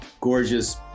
gorgeous